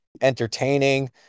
entertaining